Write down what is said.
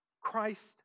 Christ